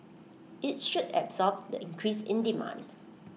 IT should absorb the increase in demand